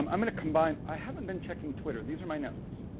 um i'm going to combine i haven't been checking twisters. these are high notes,